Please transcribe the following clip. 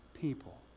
people